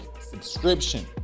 subscription